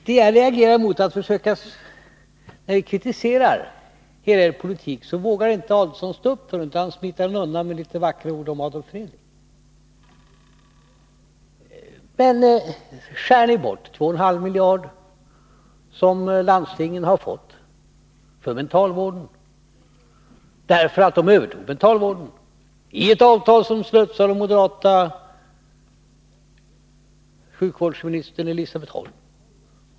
Det jag reagerar mot är att när vi kritiserar er politik, vågar inte Ulf Adelsohn försvara den utan smiter undan med vackra ord om Adolf Fredrik. Ni vill skära bort de 2,5 miljarder som landstingen har fått för mentalvården, därför att landstingen tog över mentalvården. Det är ett avtal som slutits av den förra moderata sjukvårdsministern Elisabet Holm.